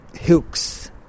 hooks